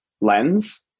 lens